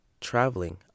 Traveling